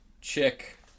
chick